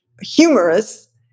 humorous